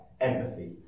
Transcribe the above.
empathy